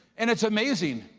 and it's amazing.